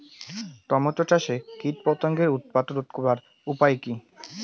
Tomato চাষে কীটপতঙ্গের উৎপাত রোধ করার উপায় কী?